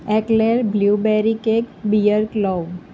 eclair blue berry cake bear claw